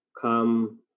come